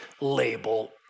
label